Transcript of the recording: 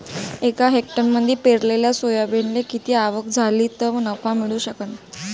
एका हेक्टरमंदी पेरलेल्या सोयाबीनले किती आवक झाली तं नफा मिळू शकन?